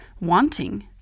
wanting